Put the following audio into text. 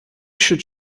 should